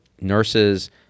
nurses